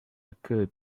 occur